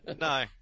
No